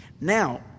Now